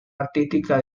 artística